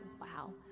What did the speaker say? Wow